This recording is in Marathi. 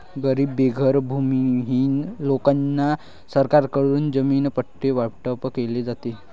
गरीब बेघर भूमिहीन लोकांना सरकारकडून जमीन पट्टे वाटप केले जाते